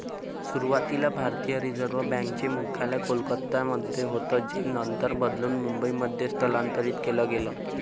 सुरुवातीला भारतीय reserve bank चे मुख्यालय कोलकत्यामध्ये होतं जे नंतर बदलून मुंबईमध्ये स्थलांतरीत केलं गेलं